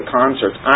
concerts